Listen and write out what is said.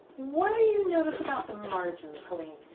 what do you notice about the margins, colleen?